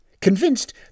convinced